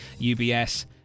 UBS